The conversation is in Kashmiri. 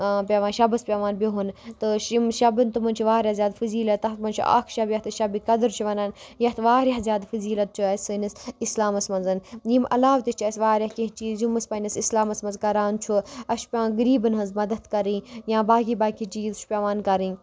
پٮ۪وان شَبَس پٮ۪وان بِہُن تہٕ یِم شَبَن تِمَن چھِ واریاہ زیادٕ فٔضیٖلت تَتھ منٛز چھُ اَکھ شب یَتھ أسۍ شَبِ قدٕر چھِ وَنان یَتھ واریاہ زیادٕ فٔضیٖلت چھُ اَسہِ سٲنِس اِسلامَس منٛز ییٚمہِ علاوٕ تہِ چھِ اَسہِ واریاہ کینٛہہ چیٖز یِم أسۍ پنٛنِس اِسلامَس منٛز کَران چھُ اَسہِ چھِ پٮ۪وان غریٖبَن ہٕنٛز مَدَد کَرٕنۍ یا باقی باقی چیٖز چھُ پٮ۪وان کَرٕنۍ